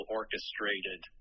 orchestrated